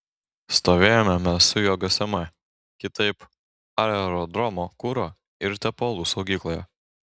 stovėjome mes su juo gsm kitaip aerodromo kuro ir tepalų saugykloje